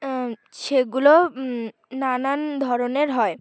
সেগুলো নানান ধরনের হয়